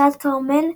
הוצאת כרמל,